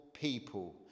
people